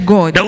God